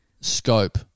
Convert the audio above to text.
scope